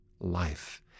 life